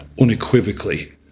unequivocally